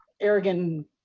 arrogant